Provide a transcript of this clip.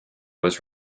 was